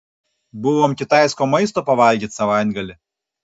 buvom kitaisko maisto pavalgyt savaitgalį